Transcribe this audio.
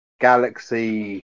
galaxy